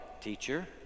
teacher